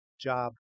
job